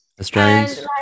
Australians